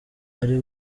ari